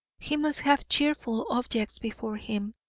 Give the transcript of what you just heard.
he must have cheerful objects before him,